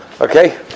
Okay